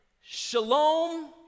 shalom